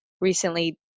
recently